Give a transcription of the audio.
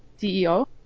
CEO